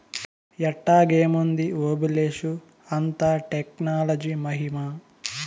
ఎట్టాగేముంది ఓబులేషు, అంతా టెక్నాలజీ మహిమా